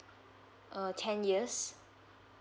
uh ten years